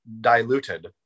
diluted